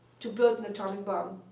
to build an atomic bomb.